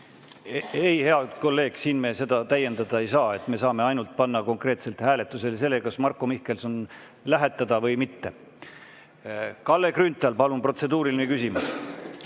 Ei, hea kolleeg, siin me midagi täiendada ei saa. Me saame ainult panna konkreetselt hääletusele selle, kas Marko Mihkelsoni lähetada või mitte. Kalle Grünthal, palun! Protseduuriline küsimus.